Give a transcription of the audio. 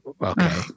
okay